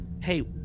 Hey